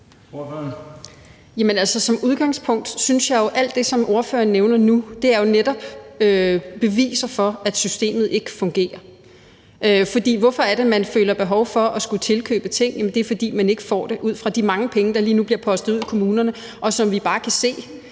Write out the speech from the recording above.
som udgangspunkt synes jeg jo, at alt det, som ordføreren nævner nu, netop er beviser for, at systemet ikke fungerer. For hvorfor er det, man føler behov for at skulle tilkøbe ting? Det er, fordi man ikke får det ud fra de mange penge, der lige nu bliver postet ud i kommunerne, og som vi bare kan se